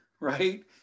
right